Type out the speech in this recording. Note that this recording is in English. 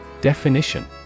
Definition